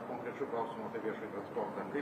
konkrečių klausimų apie viešąjį transportą kaip